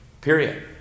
Period